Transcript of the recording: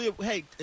hey